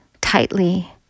tightly